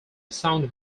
sound